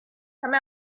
come